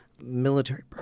Military